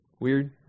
weird